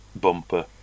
bumper